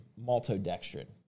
maltodextrin